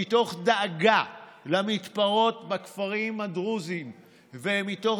מתוך דאגה למתפרות בכפרים הדרוזיים ומתוך